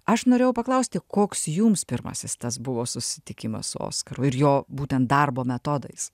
aš norėjau paklausti koks jums pirmasis tas buvo susitikimas su oskaru ir jo būtent darbo metodais